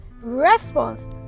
Response